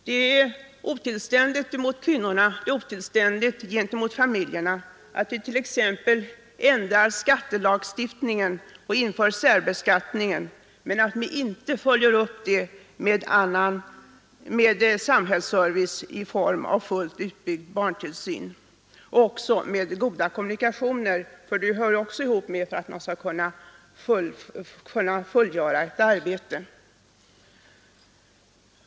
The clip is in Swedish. Det är otillständigt mot kvinnorna, och det är otillständigt gentemot familjerna, att vi t.ex. ändrar skattelagstiftningen och inför särbeskattning men sedan inte följer upp beslutet med samhällsservice i form av en fullt utbyggd barntillsyn. Även goda kommunikationer behövs för att man skall kunna fullgöra sitt arbete.